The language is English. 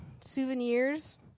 Souvenirs